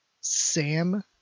Sam